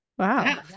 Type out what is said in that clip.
Wow